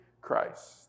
Christ